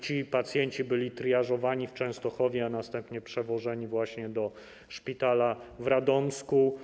Ci pacjenci byli triażowani w Częstochowie, a następnie przewożeni do szpitala w Radomsku.